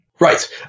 Right